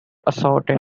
assorted